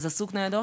איזה סוג ניידות,